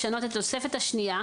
לשנות את התוספת השנייה,